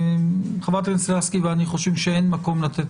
חברת הכנסת לסקי ואני חושבים שאין מקום לתת